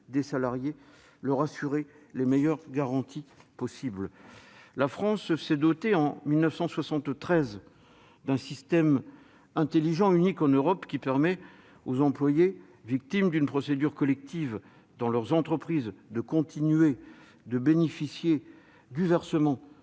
des salariés et leur assurer les meilleures garanties possible. La France s'est dotée en 1973 d'un système intelligent, unique en Europe, qui permet aux employés victimes d'une procédure collective dans leur entreprise de continuer de bénéficier du versement